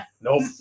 Nope